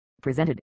presented